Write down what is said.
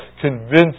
convince